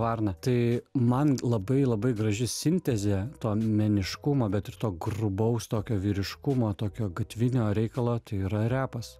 varna tai man labai labai graži sintezė to meniškumo bet ir to grubaus tokio vyriškumo tokio gatvinio reikalo tai yra repas